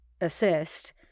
assist